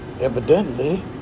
evidently